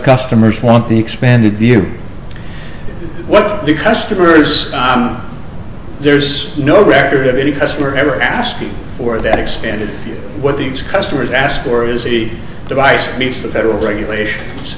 customers want the expanded view what the customers there's no record of any customer ever asked for that extended what these customers ask for is a device meets the federal regulation